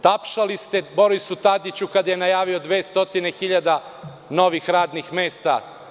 Tapšali ste Borisu Tadiću kada je najavio 200.000 novih radnih mesta.